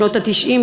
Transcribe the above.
בשנות ה-90,